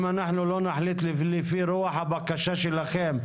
אם אנחנו לא נחליט לפי רוח הבקשה שלכם,